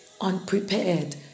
unprepared